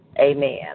amen